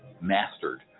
mastered